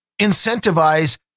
incentivize